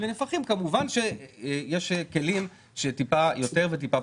לנפחים כמובן שיש כלים שמעט יותר ומעט פחות.